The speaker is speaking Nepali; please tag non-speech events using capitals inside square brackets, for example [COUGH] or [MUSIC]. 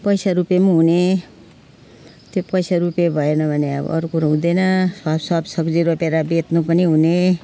पैसा रुपियाँ पनि हुने त्यो पैसा रुपियाँ भएन भने अब अरू कुरो हुँदैन [UNINTELLIGIBLE] सागसब्जी रोपेर बेच्नु पनि हुने